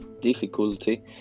difficulty